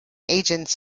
agents